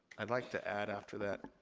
i'd like to add after that,